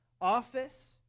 Office